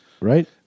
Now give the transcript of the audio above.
right